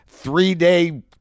three-day